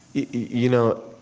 you know,